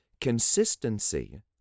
consistency